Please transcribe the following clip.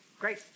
Great